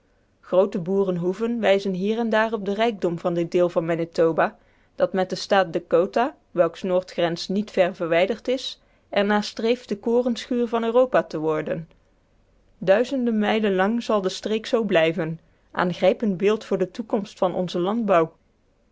groote boerenhoeven wijzen hier en daar op den rijkdom van dit deel van manitoba dat met den staat dacota welks noordgrens niet ver is verwijderd er naar streeft de korenschuur van europa te worden duizenden mijlen lang zal de streek zoo blijven aangrijpend beeld voor de toekomst van onzen landbouw